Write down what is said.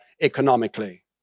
economically